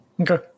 Okay